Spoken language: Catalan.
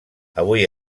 avui